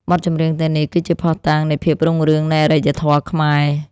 បទចម្រៀងទាំងនេះគឺជាភស្តុតាងនៃភាពរុងរឿងនៃអរិយធម៌ខ្មែរ។